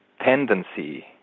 tendency